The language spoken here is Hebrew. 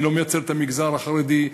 אני לא מייצג את המגזר החרדי,